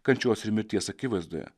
kančios ir mirties akivaizdoje